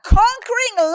conquering